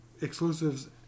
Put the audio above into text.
exclusives